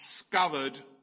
discovered